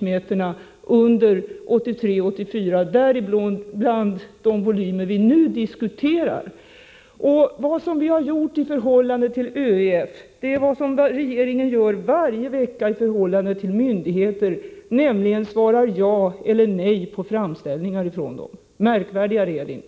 m? under 1983/84, däribland de volymer som vi nu diskuterar. Vad vi har gjort i förhållande till ÖEF är vad regeringen gör varje vecka i förhållande till myndigheter, nämligen att svara ja eller nej på framställningar från dem — märkvärdigare är det inte.